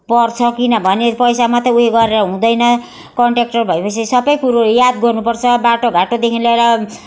पर्छ किनभने पैसा मात्रै उयो गरेर हुँदैन कन्ट्र्याक्टर भए पछि सबै कुरो याद गर्नु पर्छ बाटो घाटोदेखि लिएर